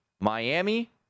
Miami